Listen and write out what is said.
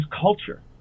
culture